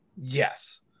Yes